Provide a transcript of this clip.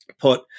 put